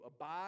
Abide